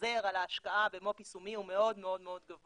ההחזר על השקעה, במו"פ יישומי הוא מאוד מאוד גבוה.